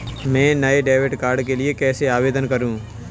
मैं नए debit card के लिए कैसे आवेदन करूं?